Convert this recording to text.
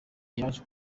yaje